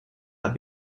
that